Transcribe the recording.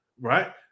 right